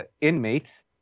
inmates